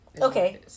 okay